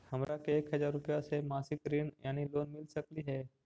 हमरा के एक हजार रुपया के मासिक ऋण यानी लोन मिल सकली हे?